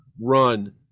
run